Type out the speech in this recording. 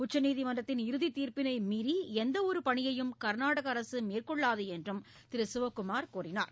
உச்சநீதிமன்றத்தின் இறுதி தீர்ப்பினை மீறி எந்தவொரு பணியையும் கர்நாடக அரசு மேற்கொள்ளாது என்றும் திரு சிவக்குமார் கூறினார்